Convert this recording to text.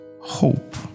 hope